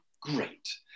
great